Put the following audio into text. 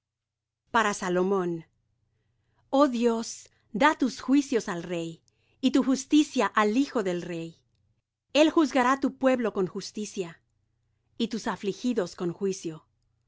para salomón oh dios da tus juicios al rey y tu justicia al hijo del rey el juzgará tu pueblo con justicia y tus afligidos con juicio los